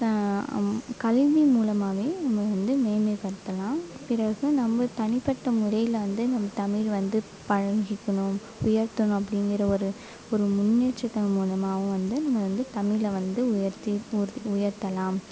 கல்வி மூலமாகவே நம்ம வந்து மேன்மைப்படுத்தலாம் பிறருக்கு நம்ம தனிப்பட்ட முறையில் வந்து நம்ம தமிழ் வந்து பழகிக்கணும் உயர்த்தணும் அப்படிங்குற ஒரு ஒரு முன்னேற்றத்தின் மூலமாக வந்து நம்ம வந்து தமிழில் வந்து உயர்த்தி உயர்த்தலாம்